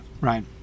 right